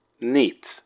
Neat